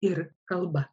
ir kalba